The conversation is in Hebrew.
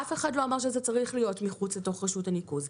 אף אחד לא אמר שזה צריך להיות מחוץ לרשות הניקוז.